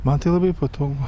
man tai labai patogu